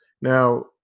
Now